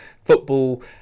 football